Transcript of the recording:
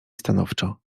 stanowczo